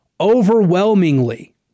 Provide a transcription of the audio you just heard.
overwhelmingly